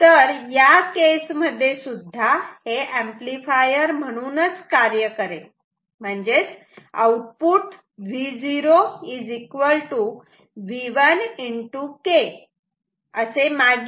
तर या केस मध्ये सुद्धा हे ऍम्प्लिफायर म्हणूनच कार्य करेल म्हणजेच आउटपुट Vo V1 K असे मागील प्रमाणेच येईल